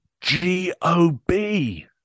G-O-B